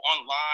online